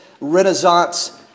Renaissance